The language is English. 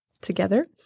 together